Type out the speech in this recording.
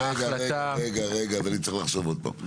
לא רגע רגע אז אני צריך לחשוב עוד פעם סתם,